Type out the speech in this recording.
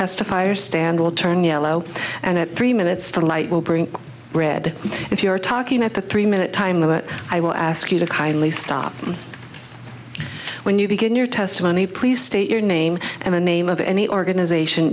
testifier stand will turn yellow and at three minutes the light will bring red if you are talking at the three minute time that i will ask you to kindly stop when you begin your testimony please state your name and the name of any organization